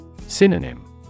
Synonym